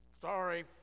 Sorry